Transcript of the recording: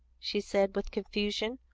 she said, with confusion,